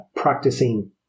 practicing